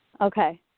Okay